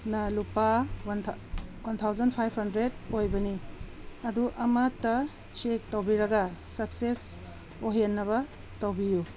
ꯅ ꯂꯨꯄꯥ one thousand five hundred ꯑꯣꯏꯕꯅꯤ ꯑꯗꯨ ꯑꯃꯇ ꯆꯦꯛ ꯇꯧꯕꯤꯔꯒ ꯁꯛꯁꯦꯁ ꯑꯣꯏꯍꯟꯅꯕ ꯇꯧꯕꯤꯌꯨ